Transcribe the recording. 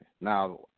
Now